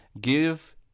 give